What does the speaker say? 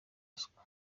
ruswa